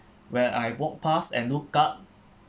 when I walk past and look up